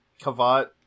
kavat